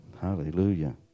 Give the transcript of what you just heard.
Hallelujah